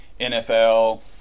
NFL